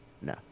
No